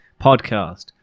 podcast